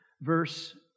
verse